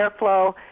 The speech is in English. airflow